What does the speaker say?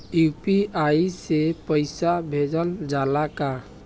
UPI से पईसा भेजल जाला का?